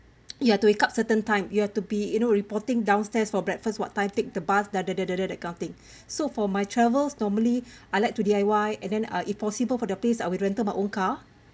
you have to wake up certain time you have to be you know reporting downstairs for breakfast what time take the bus that kind of thing so for my travels normally I like to D_I_Y and then uh if impossible for the place I would rental my own car